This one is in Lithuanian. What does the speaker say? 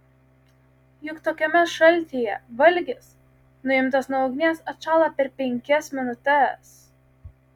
juk tokiame šaltyje valgis nuimtas nuo ugnies atšąla per penkias minutes